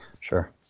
Sure